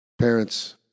Parents